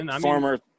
Former